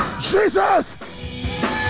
Jesus